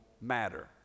matter